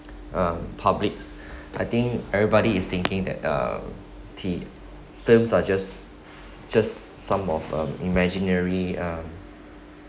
um public I think everybody is thinking that uh in terms are just just some of uh imaginary uh